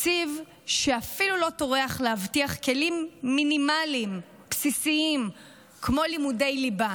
תקציב שאפילו לא טורח להבטיח כלים מינימליים בסיסיים כמו לימודי ליבה.